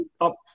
up